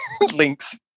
Links